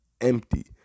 empty